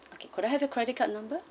okay could I have your credit card number